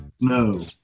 No